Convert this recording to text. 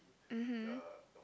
mmhmm